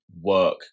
work